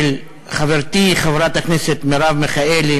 של חברתי חברת הכנסת מרב מיכאלי,